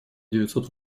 девятьсот